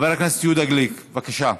חבר הכנסת יהודה גליק, בבקשה.